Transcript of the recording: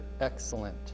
excellent